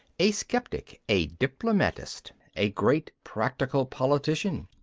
a sceptic, a diplomatist, a great practical politician.